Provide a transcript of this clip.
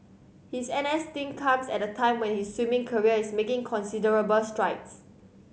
his N S stint comes at a time when his swimming career is making considerable strides